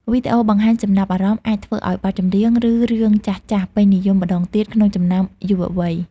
វីដេអូបង្ហាញចំណាប់អារម្មណ៍អាចធ្វើឱ្យបទចម្រៀង ឬរឿងចាស់ៗពេញនិយមម្តងទៀតក្នុងចំណោមយុវវ័យ។